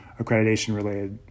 accreditation-related